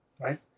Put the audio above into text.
Right